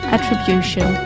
Attribution